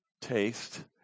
Taste